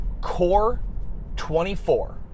Core24